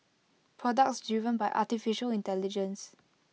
products driven by Artificial Intelligence